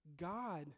god